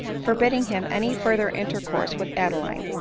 forbidding him any further intercourse with adeline,